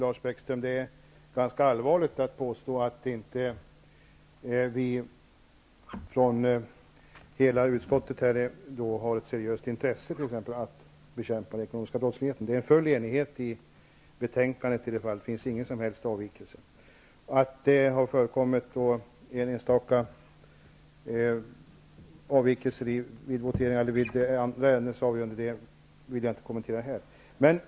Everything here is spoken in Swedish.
Fru talman! Det är ganska allvarligt att påstå att inte hela utskottet har ett seriöst intresse att t.ex. Bäckström. Det råder full enighet om vad som i det fallet sägs i betänkandet -- det finns ingen som helst avvikelse. Att det har förekommit enstaka avvikelser vid avgörandet av andra ärenden vill jag inte kommentera här.